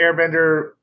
Airbender